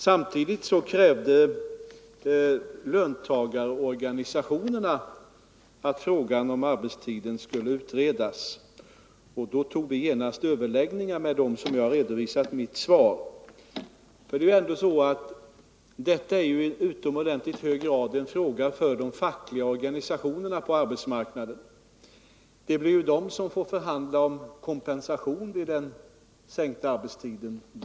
Samtidigt krävde löntagarorganisationerna att frågan om arbetstiden skulle utredas, och då tog vi genast upp överläggningar med dem, som jag redovisat i mitt svar. Detta är nämligen i utomordentligt hög grad en fråga för de fackliga organisationerna på arbetsmarknaden. Det är ju de som får förhandla om kompensation för den sänkta arbetstiden.